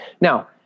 Now